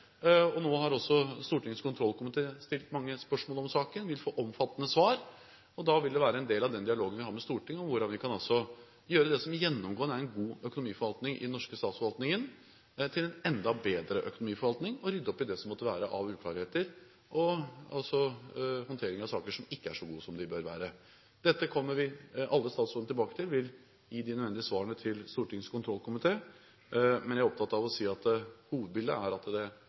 Nå har også Stortingets kontrollkomité stilt mange spørsmål om saken og vil få omfattende svar. Da vil en del av den dialogen vi har med Stortinget, dreie seg om hvordan vi kan gjøre det som gjennomgående er en god økonomiforvaltning i den norske statsforvaltningen, til en enda bedre økonomiforvaltning, og vi vil rydde opp i det som måtte være av uklarheter når det gjelder håndteringen av saker som ikke er så god som den bør være. Dette kommer alle statsrådene tilbake til. Vi vil gi de nødvendige svarene til Stortingets kontrollkomité, men jeg er opptatt av å si at hovedbildet er at